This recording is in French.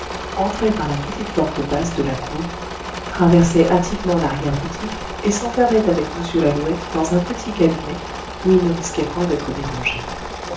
entrait par la petite porte basse de la cour traversait hâtivement l'arrière-boutique et s'enfermait avec m lalouette dans un petit cabinet où ils ne risquaient point d'être dérangés